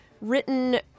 written